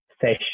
session